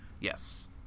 Yes